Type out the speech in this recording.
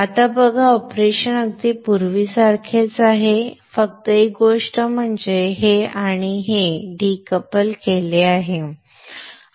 आता बघा ऑपरेशन अगदी पूर्वीसारखेच आहे फक्त एक गोष्ट म्हणजे हे आणि हे डिकपल केले आहे